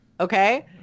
okay